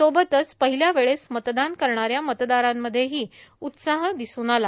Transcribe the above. सोबतच पहिल्या वेळेस मतदान करणाऱ्या मतदारांमध्ये ही उत्साह दिसून आला